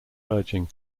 urging